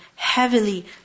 Heavily